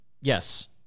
yes